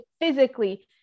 physically